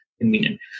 convenient